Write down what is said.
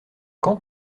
quand